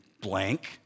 blank